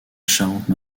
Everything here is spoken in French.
charente